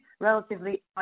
relatively